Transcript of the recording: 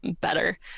better